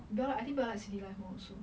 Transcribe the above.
belle lah I think she like city life more also